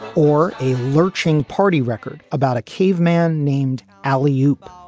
or a lurching party record about a cave man named alleyoop,